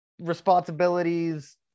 responsibilities